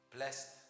blessed